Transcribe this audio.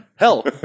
Hell